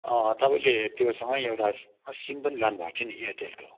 तपाईँले त्योसँगै एउटा सी सिम पनि लानुभएको थियो नि एयरटेलको